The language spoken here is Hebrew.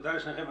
תודה לשניכם.